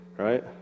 right